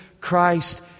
Christ